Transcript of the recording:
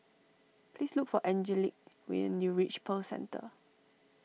please look for Angelic when you reach Pearl Centre